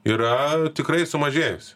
yra tikrai sumažėjusi